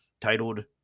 titled